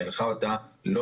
והנחה אותה לא